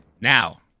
now